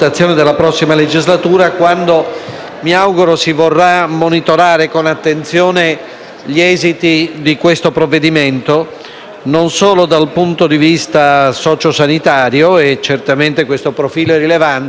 non solo dal punto di vista sociosanitario (e certamente questo profilo è rilevante), ma anche dal punto di vista giurisprudenziale. Con ogni probabilità, infatti, si determinerà contenzioso,